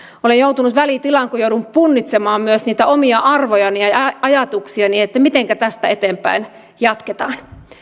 olen joutunut välitilaan kun joudun punnitsemaan myös niitä omia arvojani ja ja ajatuksiani mitenkä tästä eteenpäin jatketaan